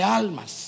almas